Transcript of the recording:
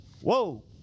Whoa